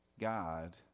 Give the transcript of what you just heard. God